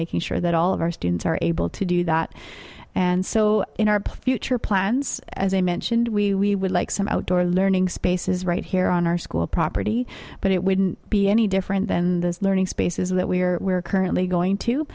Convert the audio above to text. making sure that all of our students are able to do that and so in our future plans as i mentioned we would like some outdoor learning spaces right here on our school property but it wouldn't be any different than the learning spaces that we are currently going to